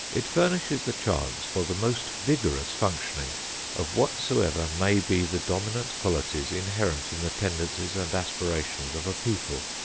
it furnishes the chance for the most vigorous functioning of whatsoever may be the dominant qualities inherent in the tendencies and aspirations of a people.